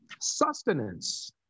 Sustenance